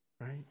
Right